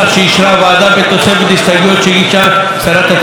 בתוספת הסתייגויות שהגישה שרת התרבות והספורט.